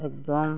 ᱮᱠᱫᱚᱢ